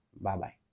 Bye-bye